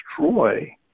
destroy